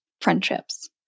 friendships